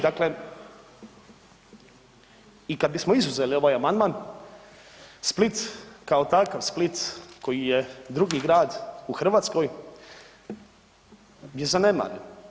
Dakle, i kada bismo izuzeli ovaj amandman Split kao takav, Split koji je drugi grad u Hrvatskoj je zanemaren.